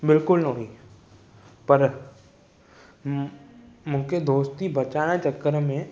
बिल्कुल न हुई पर मूंखे दोस्ती बचाइण चक्कर में